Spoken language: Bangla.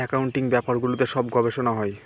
একাউন্টিং ব্যাপারগুলোতে সব গবেষনা হয়